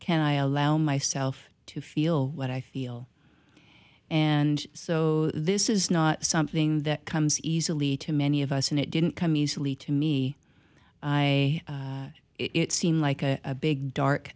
can i allow myself to feel what i feel and so this is not something that comes easily to many of us and it didn't come easily to me i it seemed like a big dark